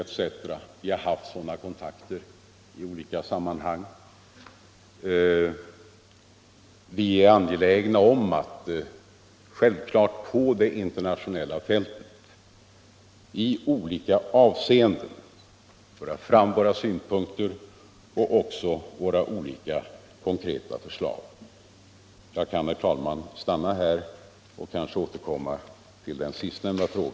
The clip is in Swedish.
Vi har haft sådana kontakter i skilda sammanhang, och vi är angelägna om att på det internationella fältet i olika avseenden föra fram våra synpunkter och även våra konkreta förslag.